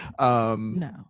No